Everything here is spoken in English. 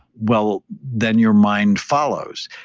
well then, your mind follows.